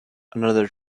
another